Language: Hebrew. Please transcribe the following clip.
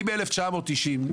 אני ב-1990,